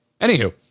Anywho